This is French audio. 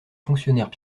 fonctionnaires